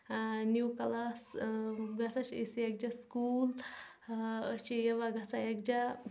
نِو class گَژھان چھِ أسۍ یَکجاہ سکوٗل أسۍ چھِ یِوان گَژھان یَکجاہ